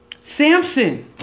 Samson